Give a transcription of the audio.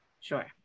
Sure